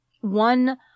One